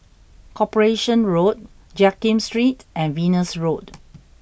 Corporation Road Jiak Kim Street and Venus Road